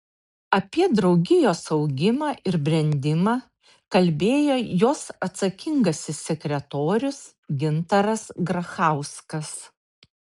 apie draugijos augimą ir brendimą kalbėjo jos atsakingasis sekretorius gintaras grachauskas